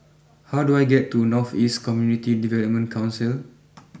how do I get to North East Community Development Council